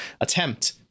attempt